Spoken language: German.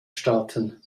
staaten